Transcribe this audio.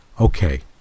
Okay